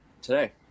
today